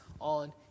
on